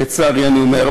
לצערי אני אומר.